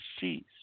cease